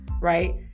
right